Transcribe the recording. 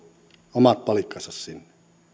omat palikkansa sinne